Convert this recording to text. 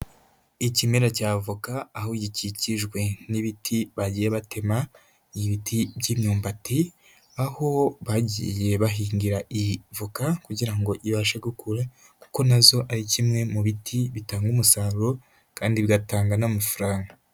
Ikimera cya avoka aho gikikijwe n'ibiti bagiye batema, ibiti by'imyumbati, aho bagiye bahingira ivoka kugira ngo ibashe gukura kuko na zo ari kimwe mu biti bitanga umusaruro kandi bigatanga n'amafaranga.